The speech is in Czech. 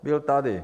Byl tady.